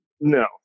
no